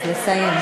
אז לסיים.